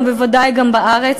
ובוודאי גם בארץ,